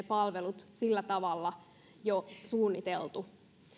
palvelut on sillä tavalla jo suunniteltu